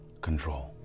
control